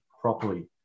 properly